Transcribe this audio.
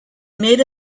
made